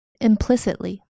implicitly